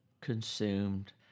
consumed